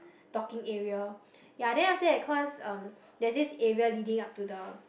docking area ya then after that cause um there's this area leading up to the